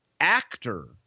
actor